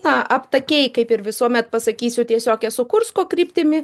na aptakiai kaip ir visuomet pasakysiu tiesiog esu kursko kryptimi